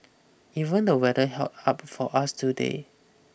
even the weather held up for us today